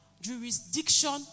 jurisdiction